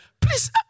Please